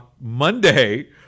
Monday